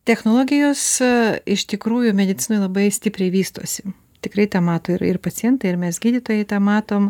technologijos iš tikrųjų medicinoj labai stipriai vystosi tikrai tą mato ir ir pacientai ir mes gydytojai tą matom